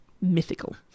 Mythical